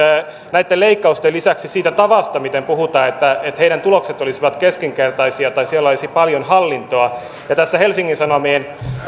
näitten leikkausten lisäksi myös siitä tavasta miten puhutaan että että heidän tuloksensa olisivat keskinkertaisia tai siellä olisi paljon hallintoa tässä helsingin sanomien